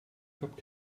cup